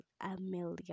Amelia